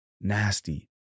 nasty